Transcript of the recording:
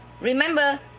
remember